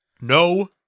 No